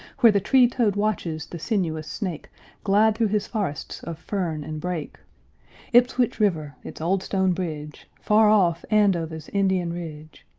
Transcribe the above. where the tree-toad watches the sinuous snake glide through his forests of fern and brake ipswich river its old stone bridge far off andover's indian ridge,